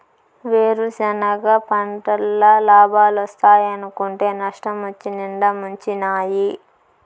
వేరుసెనగ పంటల్ల లాబాలోస్తాయనుకుంటే నష్టమొచ్చి నిండా ముంచినాయి